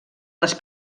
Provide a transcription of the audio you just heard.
les